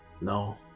no